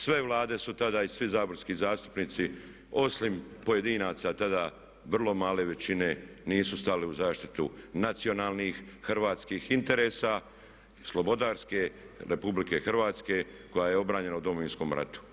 Sve vlade su tada i svi saborski zastupnici osim pojedinaca tada vrlo male većine nisu stali u zaštitu nacionalnih hrvatskih interesa slobodarske Republike Hrvatske koja je obranjena u Domovinskom ratu.